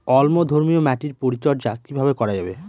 অম্লধর্মীয় মাটির পরিচর্যা কিভাবে করা যাবে?